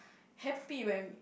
happy when